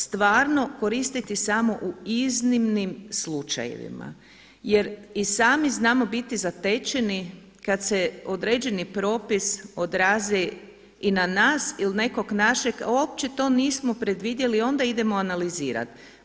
Stvarno koristiti samo u iznimnim slučajevima, jer i sami znamo biti zatečeni kad se određeni propis odrazi i na nas ili nekog našeg a uopće to nismo predvidjeli i onda idemo analizirati.